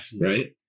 right